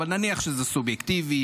אבל נניח שזה סובייקטיבי,